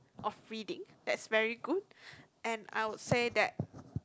of reading that's very good and I would say that